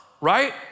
right